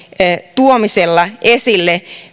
tuominen esille